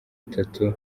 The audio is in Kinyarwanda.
atatu